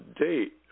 date